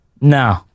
No